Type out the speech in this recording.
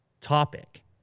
topic